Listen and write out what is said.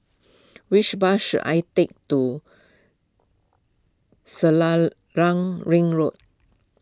which bus should I take to Selarang Ring Road